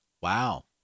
Wow